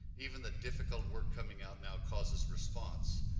even the difficult work coming out now causes response.